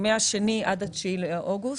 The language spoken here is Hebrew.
מה-2 עד ה-9 באוגוסט.